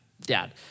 dad